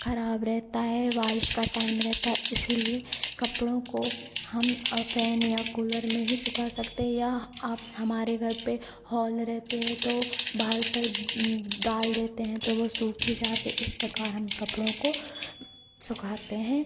खराब रहता है बारिश का टाइम रहता है इसलिए कपड़ों को हम फै़न या कूलर में ही सुखा सकते या आप हमारे घर पर हॉल रहते हैं तो बाहर पर डाल देते हैं तो वह सूख ही जाते इस प्रकार हम कपड़ों को सुखाते हैं